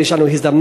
יש לנו הזדמנות,